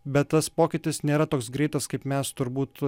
bet tas pokytis nėra toks greitas kaip mes turbūt